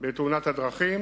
בתאונות הדרכים,